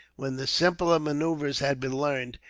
when the simpler manoeuvres had been learned,